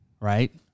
Right